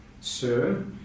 Sir